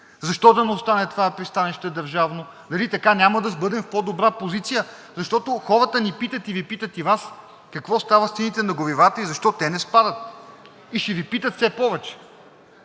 защо да не остане това пристанище държавно, дали така няма да бъдем в по-добра позиция? Защото хората ни питат и Ви питат и Вас: какво става с цените на горивата и защо те не спадат? И ще Ви питат все повече.